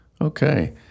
Okay